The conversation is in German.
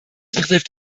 betrifft